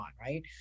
Right